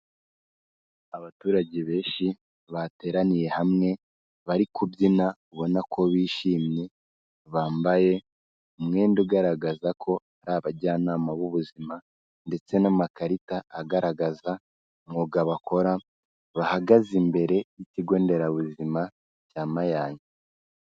Abaturage benshi bateraniye hamwe, bari kubyina ubona ko bishimye, bambaye umwenda ugaragaza ko ari abajyanama b'ubuzima ndetse n'amakarita agaragaza umwuga bakora, bahagaze imbere y'ikigo nderabuzima cya mayange.